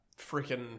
freaking